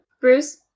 Bruce